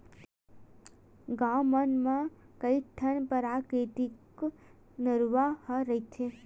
गाँव मन म कइठन पराकिरितिक नरूवा ह रहिथे